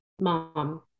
Mom